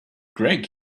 greg